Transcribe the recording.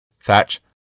thatch